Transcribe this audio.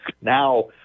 now